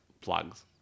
plugs